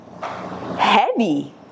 heavy